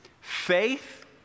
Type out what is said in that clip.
Faith